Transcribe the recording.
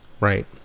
right